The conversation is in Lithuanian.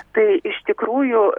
tai iš tikrųjų